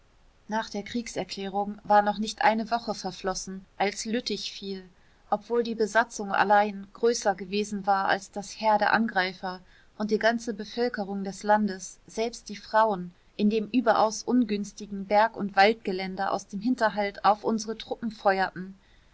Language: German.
nach der kriegserklärung war noch nicht eine woche verflossen als lüttich fiel obwohl die besatzung allein größer gewesen war als das heer der angreifer und die ganze bevölkerung des landes selbst die frauen in dem überaus ungünstigen berg und waldgelände aus dem hinterhalt auf unsre truppen feuerten